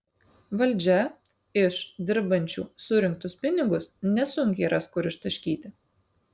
valdžia iš dirbančių surinktus pinigus nesunkiai ras kur ištaškyti